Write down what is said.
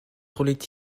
roulait